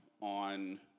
on